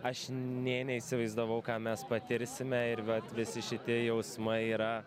aš nė neįsivaizdavau ką mes patirsime ir vat visi šiti jausmai yra